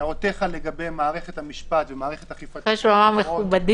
דעותיך לגבי מערכת המשפט ומערכת אכיפת החוק ידועות,